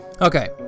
Okay